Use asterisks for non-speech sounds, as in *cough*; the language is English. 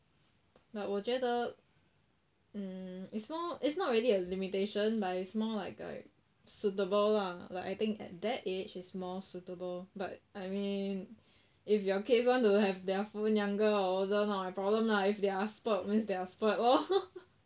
but 我觉得 mmhmm it's more it's not really a limitation but it's more like a suitable lah like I think at that age is more suitable but I mean if your kids want to have their phone younger or older not my problem lah if they are spoiled means they are spoiled lor *laughs*